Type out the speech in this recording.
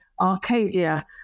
Arcadia